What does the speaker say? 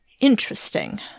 Interesting